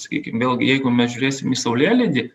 sakykim vėlgi jeigu mes žiūrėsim į saulėlydį